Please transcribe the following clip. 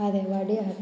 खारेवाड्यार